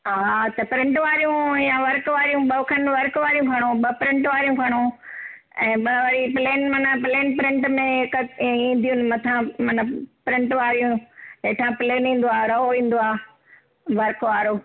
हा त प्रिंट वारियूं या वर्क वारियूं ॿ खण वर्क वारियूं खणो ॿ प्रिंट वारियूं खणो ऐं ॿ वरी प्लेन मन प्लेन प्रिंट में ईंअ हिक अध ईंदियूं मंथा मन प्रिंट वारी हेठा प्लेन ईंदो आ रओ ईंदो आ वर्क वारो